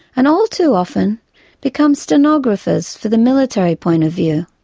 and all too often become stenographers for the military point of view.